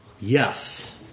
yes